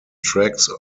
tracks